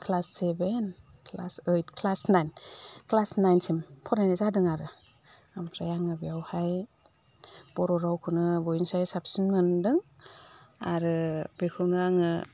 class seven class eight class nine class नाइनसिम फरायनाय जादों आरो ओमफ्राय आङो बेवहाय बर' रावखौनो बयनिसाय साबसिन मोन्दों आरो बेखौनो आङो